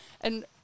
And-